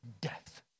death